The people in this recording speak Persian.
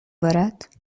بارد